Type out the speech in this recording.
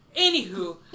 Anywho